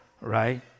right